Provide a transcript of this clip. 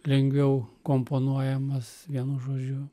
lengviau komponuojamas vienu žodžiu